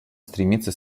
стремится